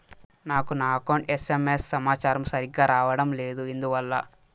నాకు నా account SMS సమాచారము సరిగ్గా రావడం లేదు ఎందువల్ల?